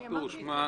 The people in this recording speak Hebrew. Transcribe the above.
לא הבנתי.